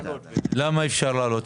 למה אי אפשר להעלות?